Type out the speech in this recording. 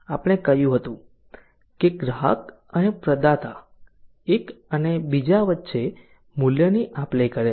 આપણે કહ્યું છે કે ગ્રાહક અને આ પ્રદાતા એક અને બીજા વચ્ચે મૂલ્યની આપલે કરે છે